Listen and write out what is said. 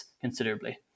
considerably